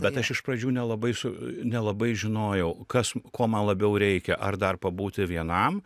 bet aš iš pradžių nelabai su nelabai žinojau kas ko man labiau reikia ar dar pabūti vienam